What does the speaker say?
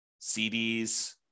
CDs